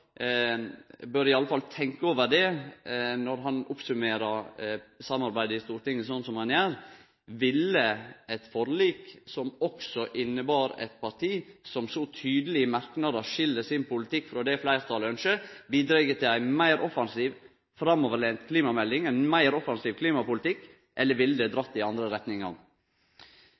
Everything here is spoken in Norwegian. Eg meiner òg saksordføraren i alle fall bør tenkje over det når han oppsummerer samarbeidet i Stortinget slik han gjer. Ville eit forlik som også innebar eit parti som så tydeleg i merknadar skil politikken sin frå det fleirtalet ynskjer, bidra til ei meir offensiv, framoverlent klimamelding og ein meir offensiv klimapolitikk – eller ville det ha drege i den andre